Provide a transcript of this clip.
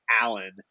Allen